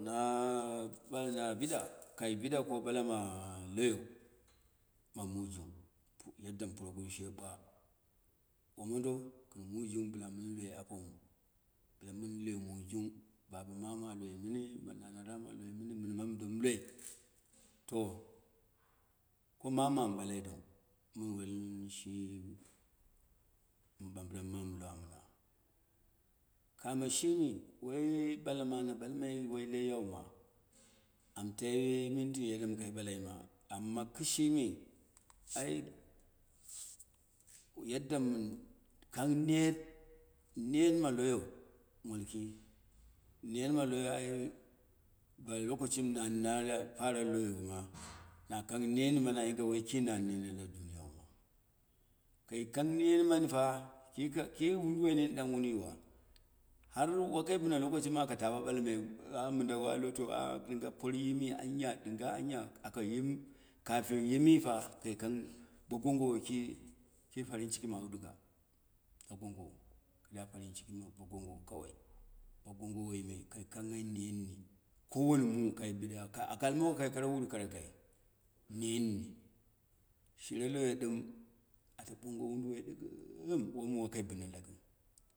na ɓiɗa kai biɗa ko balama lofo ma mu jung, yaddam puroguru she ɓwa wo modo kɨn mujung bɨra mɨn loi apomu, bɨra mɨn loin mujung, baba manu a loi mɨni, mana ramu a loi mɨni, mɨn ma mudom loi, to, ko mamu am ɓalai dong mɨ ɓambram mamu bwa mɨna, ka no shimi woi ɓalama na balmai woi leiyau ma, am tai minti yadda mɨ kai ɓalaima, amma kɨshɨmi gi yadda nɨn kang ner, ner ma loyo, molki nen maloyo ai lokashi mɨ man para loyo ma, na kang nan ni ma nayige ki woi kai kang nan manifa tika, ki udowoi nin ɗaya wun yiwa, har wakai bɨma lokocima aka ta bo ɓalmayiu, a mɨ ndawo a loko a por yimi anya, ɗɨ nga anya, ako yi m, kafin yi mifa, kai kang bo gangawo ki farin ciki ma auduga, bogongowo farin ciki bogongowo kawai, bogungo woi me kai kanghai nun ni, ko wone mu kai biɗa ka aka almowo kai kara muru koro kai, nen ni, shire loyoi ɗɨm, ato ɓengo woduwoi ɗɨ-gɨn, wom nu wakai bɨ na lakiu.